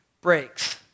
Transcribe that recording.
breaks